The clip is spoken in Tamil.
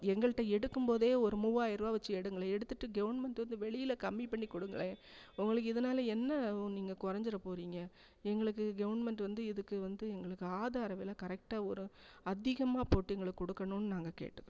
எங்கள்கிட்ட எடுக்கும்போதே ஒரு மூவாயிரம் ருபா வச்சு எடுங்களேன் எடுத்துவிட்டு கவர்மண்ட்டு வந்து வெளியில் கம்மி பண்ணி கொடுங்களேன் உங்களுக்கு இதனால என்ன நீங்கள் குறைஞ்சிற போகிறீங்க எங்களுக்கு கவர்மண்ட் வந்து இதுக்கு வந்து எங்களுக்கு ஆதார விலை கரெக்டாக ஒரு அதிகமாக போட்டு எங்களுக்கு கொடுக்கணுன்னு நாங்கள் கேட்டுக்கிறோம்